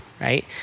right